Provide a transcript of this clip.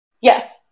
Yes